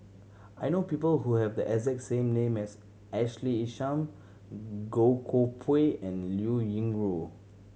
I know people who have the exact same name as Ashley Isham Goh Koh Pui and Liao Yingru